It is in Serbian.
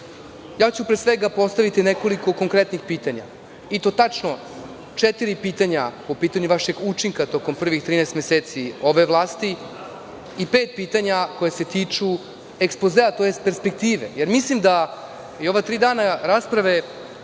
titulu. Pre svega ću postaviti nekoliko konkretnih pitanja i to tačno četiri pitanja po pitanju vašeg učinka tokom prvih 13 meseci ove vlasti i pet pitanja koja se tiču ekspozea, tj. perspektive, jer mislim da ova tri dana rasprave